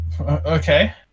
Okay